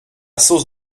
sauce